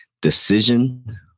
decision